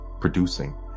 producing